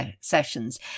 sessions